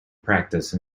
practice